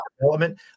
development